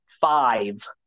five